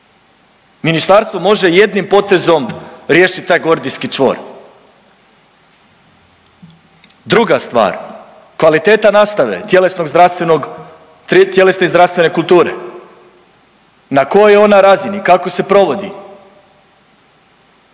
Ministarstvo može jednim potezom riješit taj gordijski čvor. Druga stvar, kvaliteta nastave, tjelesnog, zdravstvenog, tjelesne i zdravstvene kulture na kojoj je ona razini, kako se provodi.